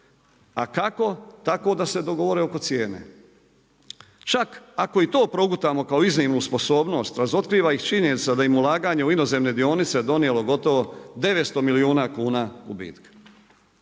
A kako? Tako da se dogovore oko cijene. Čak ako i to progutamo kao iznimnu sposobnost razotkriva ih činjenica da im je ulaganje u inozemne dionice donijelo gotovo 900 milijuna kuna gubitka.